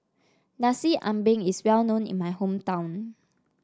Nasi Ambeng is well known in my hometown